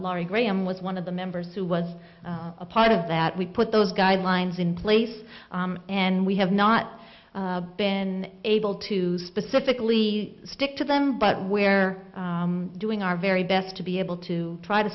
laurie graham was one of the members who was a part of that we put those guidelines in place and we have not been able to specifically stick to them but where doing our very best to be able to try to